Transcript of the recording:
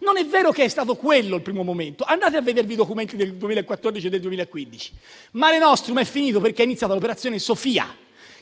Non è vero che è stato quello il primo momento, andate a vedere i documenti del 2014 e del 2015. L'operazione Mare nostrum è finita perché è iniziata l'operazione Sofia,